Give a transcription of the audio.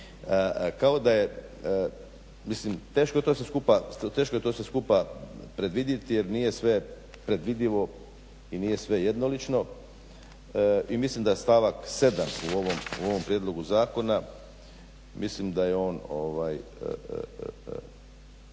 Kao da je, mislim teško je to sve skupa predvidjeti jer nije sve predvidivo i nije sve jednolično. I mislim da stavak 7. u ovom prijedlogu zakona mislim da je on,